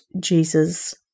Jesus